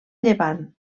llevant